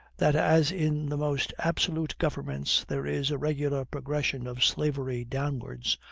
that as in the most absolute governments there is a regular progression of slavery downwards,